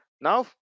now